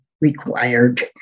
required